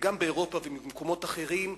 גם באירופה ובמקומות אחרים,